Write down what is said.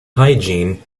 hygiene